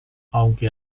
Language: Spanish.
aunque